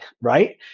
right